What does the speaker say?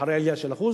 אחרי עלייה של 1%,